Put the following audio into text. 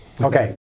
Okay